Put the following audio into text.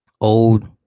old